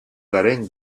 garen